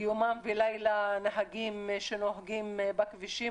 יומם ולילה נהגים שנוהגים בכבישים,